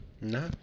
No